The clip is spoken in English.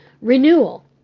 renewal